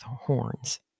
horns